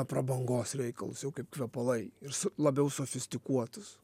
prabangos reikalus jau kaip kvepalai ir so labiau sofistikuotus